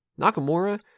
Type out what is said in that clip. Nakamura